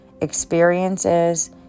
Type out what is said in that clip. experiences